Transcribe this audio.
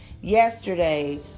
Yesterday